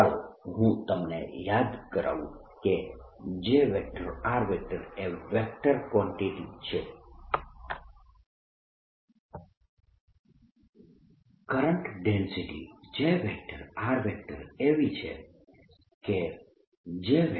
ચાલો હું તમને યાદ કરાવું કે J એ વેક્ટર કવાન્ટીટી છે કરંટ ડેન્સિટી J એવી છે કે J